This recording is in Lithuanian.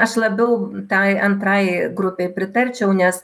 aš labiau tai antrajai grupei pritarčiau nes